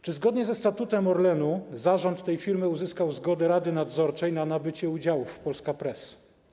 Czy zgodnie ze statutem Orlenu zarząd tej firmy uzyskał zgodę rady nadzorczej na nabycie udziałów w Polska Press?